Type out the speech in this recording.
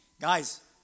Guys